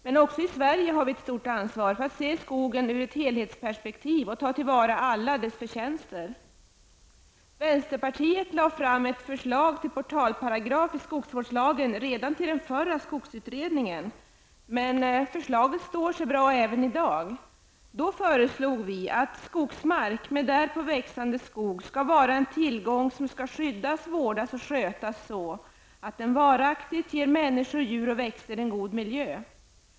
Men också i Sverige har vi ett stort ansvar för att skogen ses i ett helhetsperspektiv och för att ta till vara alla dess förtjänster. Vänsterpartiet lade fram ett förslag till portalparagraf i skogsvårdslagen redan till den förra skogsutredningen, men förslaget står sig bra även i dag. Vi föreslog då att skogsmark med därpå växande skog skall vara en tillgång som skall skyddas, vårdas och skötas så, att den varaktigt ger människor, djur och växter en god miljö.